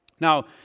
Now